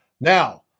Now